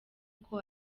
uko